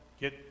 get